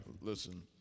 listen